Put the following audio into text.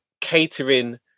catering